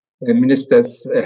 ministers